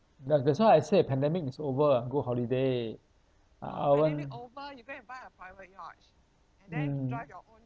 tha~ that's why I say pandemic is over go holiday I I won't mm